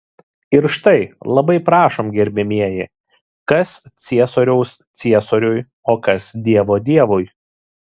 ir štai labai prašom gerbiamieji kas ciesoriaus ciesoriui o kas dievo dievui